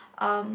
um